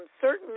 certain